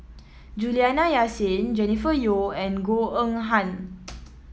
Juliana Yasin Jennifer Yeo and Goh Eng Han